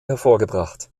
hervorgebracht